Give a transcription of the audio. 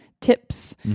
tips